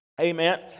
Amen